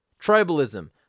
Tribalism